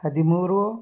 ಹದಿಮೂರು